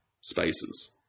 spaces